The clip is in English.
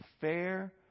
Fair